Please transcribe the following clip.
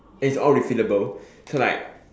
it's all refillable so like